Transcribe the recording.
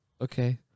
Okay